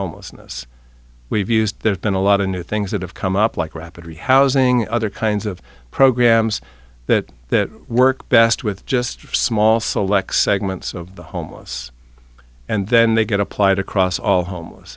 homelessness we've used there's been a lot of new things that have come up like rapidly housing other kinds of programs that that work best with just small select segments of the homeless and then they get applied across all homeless